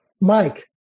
Mike